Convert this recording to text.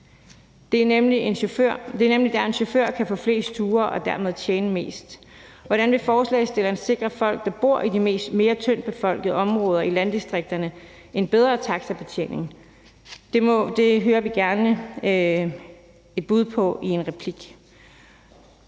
Det er nemlig der, en chauffør kan få flest ture og dermed tjene mest. Hvordan vil forslagsstillerne sikre folk, der bor i de mere tyndtbefolkede områder i landdistrikterne, en bedre taxabetjening? Det hører vi gerne et bud på i en replik.